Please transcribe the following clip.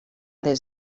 des